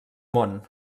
món